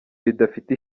bidafite